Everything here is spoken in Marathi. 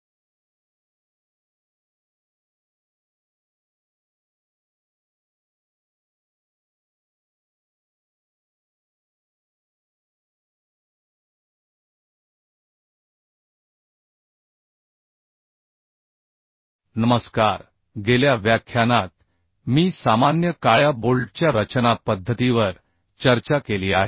नमस्कार गेल्या व्याख्यानात मी सामान्य काळ्या बोल्टच्या रचना पद्धतीवर चर्चा केली आहे